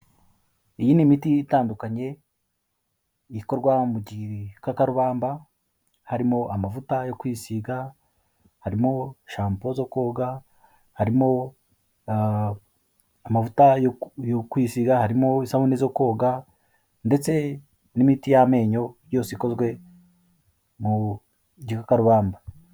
Iyi ni imiti itandukanye ikorwa mu gikakarubamba harimo amavuta yo kwisiga, harimo shampo zo koga, harimo amavuta yo kwisiga, harimo isabune zo koga ndetse n'imiti y'amenyo yose ikozwe mu gikakarubamba.